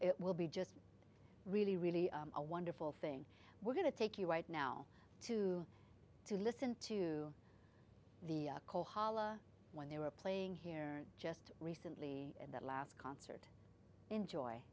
it will be just really really a wonderful thing we're going to take you right now to to listen to the kohala when they were playing here just recently at that last concert enjoy